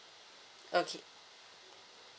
okay